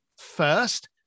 first